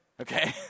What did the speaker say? okay